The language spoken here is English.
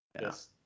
Yes